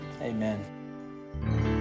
amen